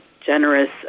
generous